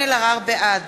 בעד